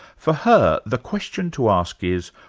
for her, the question to ask is,